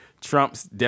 Trump's